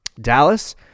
Dallas